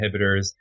inhibitors